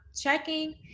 checking